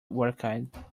orchid